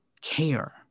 care